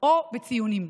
או בציונים.